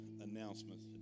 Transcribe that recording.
announcements